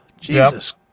Jesus